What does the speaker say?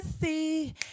see